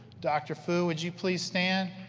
dr. fu, would you please stand?